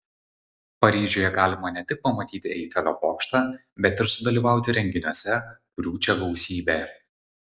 paryžiuje galima ne tik pamatyti eifelio bokštą bet ir sudalyvauti renginiuose kurių čia gausybė